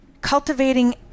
cultivating